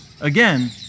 Again